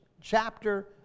chapter